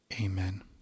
Amen